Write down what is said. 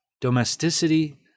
domesticity